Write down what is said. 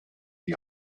die